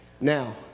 Now